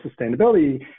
sustainability